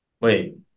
wait